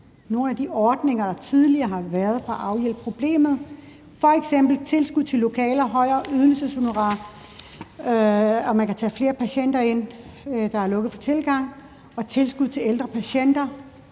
nogle af de ordninger, der tidligere har været, for at afhjælpe problemet, f.eks. tilskud til lokaler, højere ydelseshonorarer, at man kan tage flere patienter ind, nu hvor der er lukket for tilgang, tilskud til at have ældre patienter,